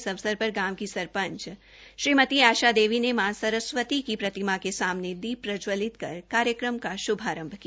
इस अवसर पर गांव की सरपंच श्रीमती आशा देवी ने मां सरस्वती की प्रतिमा के सामने दीप प्रज्जवलित कर कार्यक्रम का श्भारंभ किया